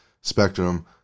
spectrum